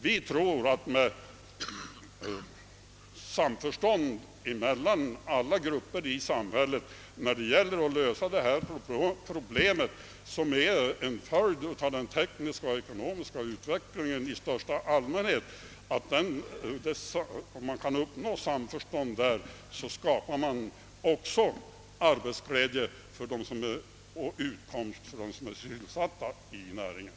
Vi tror, att om man kan uppnå samförstånd mellan alla grupper i samhället om lösandet av detta problem, som är en följd av den tekniska och ekonomiska utvecklingen i största allmänhet, skapar man också arbetsglädje och utkomst för dem som är sysselsatta i näringen.